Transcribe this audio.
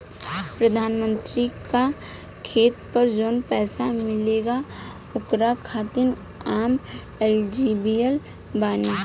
प्रधानमंत्री का खेत पर जवन पैसा मिलेगा ओकरा खातिन आम एलिजिबल बानी?